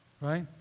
right